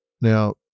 Now